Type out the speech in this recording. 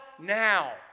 now